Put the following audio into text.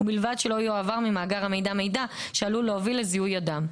ובלבד שלא יועבר ממאגר המידע מידע שעלול להוביל לזיהוי אדם,